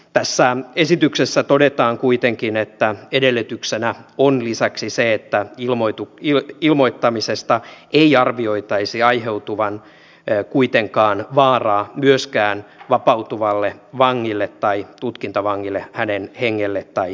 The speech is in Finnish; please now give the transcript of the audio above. tässä esityksessä todetaan kuitenkin että edellytyksenä on lisäksi se että ilmoittamisesta ei arvioitaisi aiheutuvan kuitenkaan vaaraa myöskään vapautuvalle vangille tai tutkintavangille hänen hengelleen tai terveydelleen